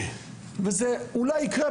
וזה אולי יקרה,